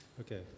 Okay